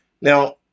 Now